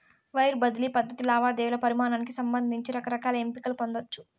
wire బదిలీ పద్ధతి లావాదేవీల పరిమానానికి సంబంధించి రకరకాల ఎంపికలు పొందచ్చు